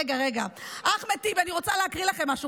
רגע, רגע, אחמד טיבי, אני רוצה להקריא לכם משהו.